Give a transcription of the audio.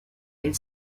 elle